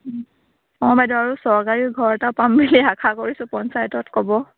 অঁ বাইদেউ আৰু চৰকাৰী ঘৰ এটা পাম বুলি আশা কৰিছোঁ পঞ্চায়তত ক'ব